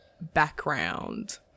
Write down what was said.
background